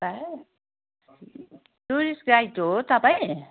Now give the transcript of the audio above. भाइ tourist guide हो तपाईँ